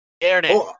Aaron